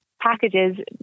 packages